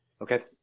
Okay